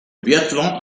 biathlon